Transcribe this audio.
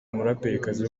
umuraperikazi